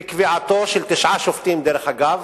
בקביעתם של תשעה שופטים, דרך אגב,